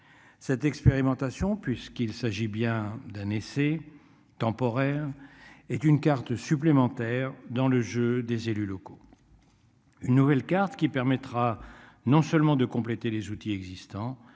Cette expérimentation puisqu'il s'agit bien d'un essai temporaire est une carte supplémentaire dans le jeu des élus locaux. Une nouvelle carte qui permettra non seulement de compléter les outils existants